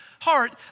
heart